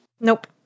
Nope